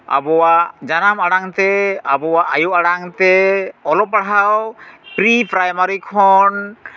ᱟᱵᱚᱣᱟᱜ ᱡᱟᱱᱟᱢ ᱟᱲᱟᱝ ᱛᱮ ᱟᱵᱚᱣᱟᱜ ᱟᱭᱳ ᱟᱲᱟᱝ ᱛᱮ ᱚᱞᱚᱜ ᱯᱟᱲᱦᱟᱣ ᱯᱨᱤᱼᱯᱨᱟᱭᱢᱟᱨᱤ ᱠᱷᱚᱱ